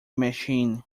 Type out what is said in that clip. machine